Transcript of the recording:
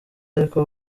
ariko